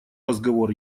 разговор